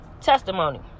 testimony